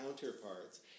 counterparts